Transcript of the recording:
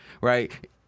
right